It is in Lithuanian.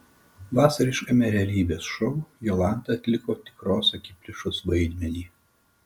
vasariškame realybės šou jolanta atliko tikros akiplėšos vaidmenį